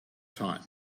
time